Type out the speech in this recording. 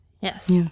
Yes